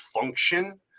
function